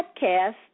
podcast